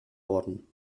worden